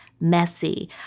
messy